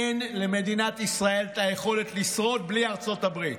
אין למדינת ישראל את היכולת לשרוד בלי ארצות הברית.